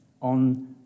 on